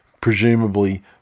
presumably